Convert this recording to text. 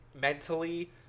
mentally